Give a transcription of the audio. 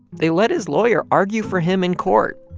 they let his lawyer argue for him in court,